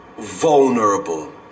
vulnerable